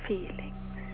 Feelings